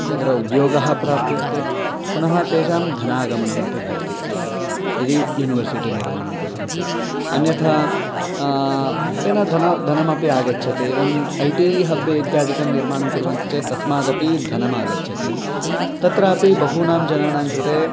तत्र उद्योगः प्राप्यते पुनः तेषां धनागमनमपि भवति यदि युनिवर्सिटि निर्माणं कुर्वन्ति अन्यथा तेन धनं धनमपि आगच्छति एवम् ऐ टी हब् इत्यादिकं निर्माणं कुर्वन्ति चेत् तस्माद् अपि धनम् आगच्छति तत्रापि बहूनां जनानां कृते